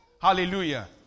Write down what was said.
Hallelujah